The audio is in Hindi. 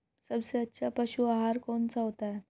सबसे अच्छा पशु आहार कौन सा होता है?